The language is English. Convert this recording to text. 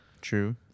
True